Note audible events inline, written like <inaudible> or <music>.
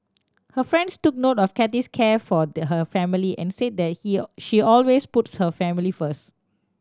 her friends took note of Kathy's care for <unintelligible> her family and said that he she always puts her family first